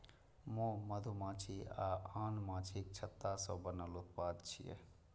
मोम मधुमाछी आ आन माछीक छत्ता सं बनल उत्पाद छियै